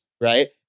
right